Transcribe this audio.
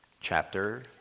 Chapter